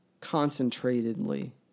concentratedly